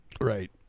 right